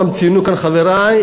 גם ציינו כאן חברי,